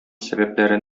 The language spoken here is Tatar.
сәбәпләре